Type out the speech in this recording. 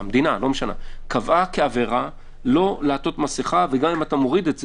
המדינה קבעה כעבירה לא לעטות מסכה וגם אם אתה מוריד את זה,